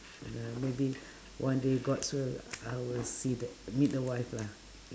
uh maybe one day god's will I will see th~ meet the wife lah